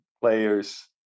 players